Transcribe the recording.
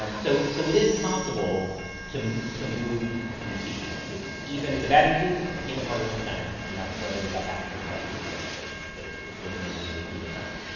um so, so it is possible to, to move these pieces. it's even the bad news is it's even harder in the senate. and that's what ended up happening to that piece of legislation is that it, it wasn't able to move through the senate.